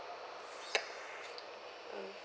mm